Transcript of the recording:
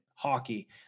hockey